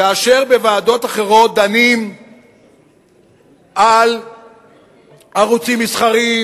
כאשר בוועדות אחרות דנים על ערוצים מסחריים